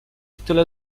tyle